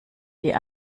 die